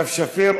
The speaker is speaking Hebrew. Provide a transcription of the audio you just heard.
סתיו שפיר.